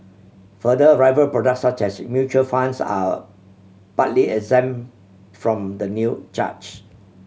further rival product such as in mutual funds are partly exempt from the new charge